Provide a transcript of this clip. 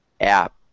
app